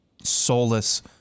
soulless